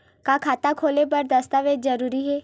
का खाता खोले बर दस्तावेज जरूरी हे?